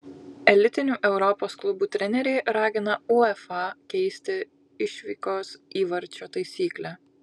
elitinių europos klubų treneriai ragina uefa keisti išvykos įvarčio taisyklę